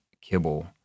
kibble